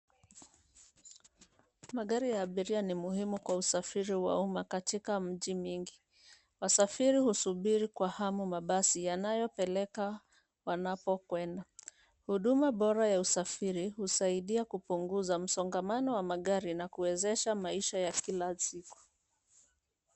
Magari ya abiria ni muhimu kwa usafiri wa umma katika mji mingi. Wasafiri husubiri kwa hamu mabasi yanayopeleka wanapokwenda. Huduma bora ya usafiri husaidia kupunguza msongamano wa magari na kuwezesha maisha ya kila siku.